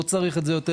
לא צריך את זה יותר.